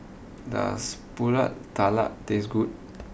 does Pulut Tatal taste good